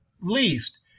least